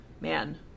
man